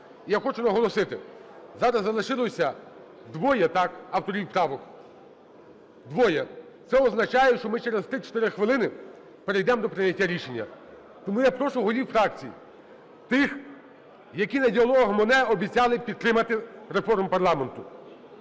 я хочу наголосити, зараз залишилося двоє авторів правок, двоє. Це означає, що ми через 3-4 хвилини перейдемо до прийняття рішення. Тому я прошу голів фракцій, тих, які на "Діалогах Моне" обіцяли підтримати реформу парламенту,